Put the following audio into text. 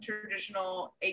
traditional